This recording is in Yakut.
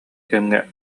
кэмҥэ